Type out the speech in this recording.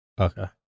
Okay